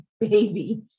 baby